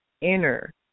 inner